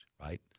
right